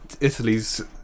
Italy's